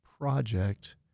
project